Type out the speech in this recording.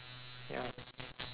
ya